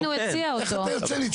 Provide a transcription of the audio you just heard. איך אתה יוצא לי צודק תמיד?